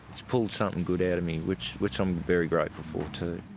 it's pulled something good out of me which which i'm very grateful for too.